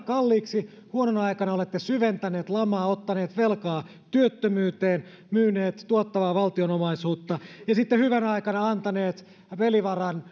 kalliiksi huonona aikana olette syventäneet lamaa ottaneet velkaa työttömyyteen ja myyneet tuottavaa valtionomaisuutta ja sitten hyvänä aikana antaneet pelivaran